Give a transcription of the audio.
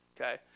okay